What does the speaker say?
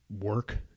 work